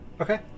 Okay